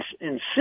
insist